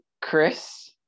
Chris